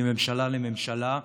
מממשלה לממשלה.